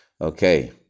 Okay